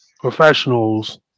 professionals